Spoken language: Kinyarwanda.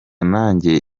nanjye